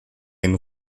den